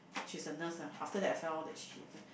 she is a nurse ah after that I found out she is the